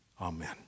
Amen